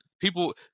People